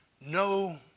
No